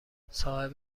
صاحب